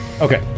okay